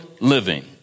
living